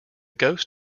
ghost